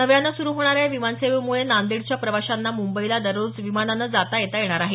नव्याने सुरु होणाऱ्या या विमान सेवेमुळे नांदेडच्या प्रवाशांना मुंबईला दररोज विमानाने जाता येता येणार आहे